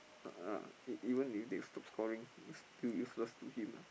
uh E even if they stop scoring is still useless to him lah